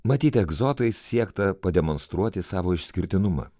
matyt egzotais siekta pademonstruoti savo išskirtinumą